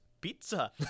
pizza